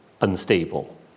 unstable